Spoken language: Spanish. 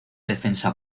defensa